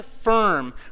firm